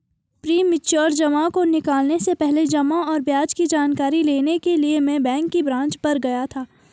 premature जमा को निकलने से पहले जमा और ब्याज की जानकारी लेने के लिए मैं बैंक की ब्रांच पर गया था